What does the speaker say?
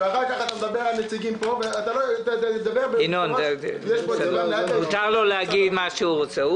ואחר כך אתה מדבר על נציגים פה --- מותר לו להגיד מה שהוא רוצה.